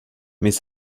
mais